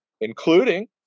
including